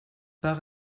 par